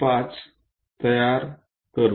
5 तयार करू